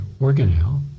organelle